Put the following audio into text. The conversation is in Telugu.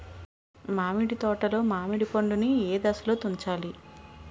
మామిడి తోటలో మామిడి పండు నీ ఏదశలో తుంచాలి?